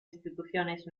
instituciones